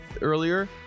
earlier